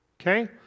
Okay